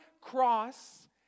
cross